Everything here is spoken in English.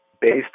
based